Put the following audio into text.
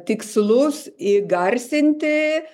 tikslus įgarsinti